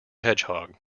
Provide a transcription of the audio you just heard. hedgehog